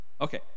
Okay